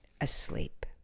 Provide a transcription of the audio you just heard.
asleep